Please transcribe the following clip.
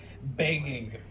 banging